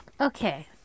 okay